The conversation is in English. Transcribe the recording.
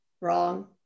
Wrong